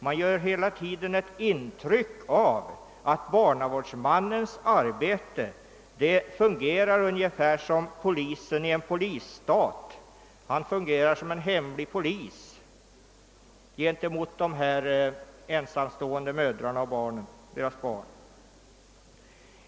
Man ger hela tiden ett intryck av att barnavårdsmannen i sitt arbete fungerar som en hemlig polis i en polisstat gentemot de ensamstående mödrarna och deras barn.